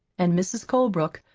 and mrs. colebrook,